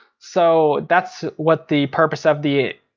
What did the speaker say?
so that's what the purpose of the